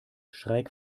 schräg